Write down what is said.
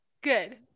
good